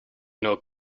know